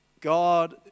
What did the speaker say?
God